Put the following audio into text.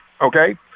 okay